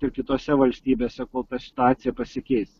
ir kitose valstybėse kol ta situacija pasikeis